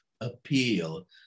appeal